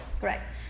Correct